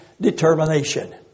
determination